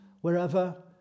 wherever